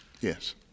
Yes